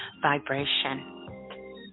vibration